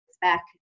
back